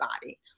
body